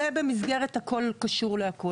זה במסגרת הכל קשור להכל.